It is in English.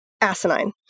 asinine